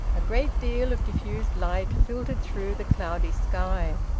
a great deal of diffused light filtered through the cloudy sky.